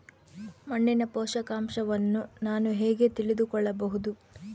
ಮಣ್ಣಿನ ಪೋಷಕಾಂಶವನ್ನು ನಾನು ಹೇಗೆ ತಿಳಿದುಕೊಳ್ಳಬಹುದು?